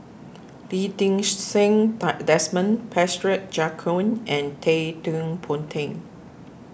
Lee Ding Seng Desmond Joaquim and Ted Ponti